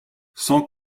cent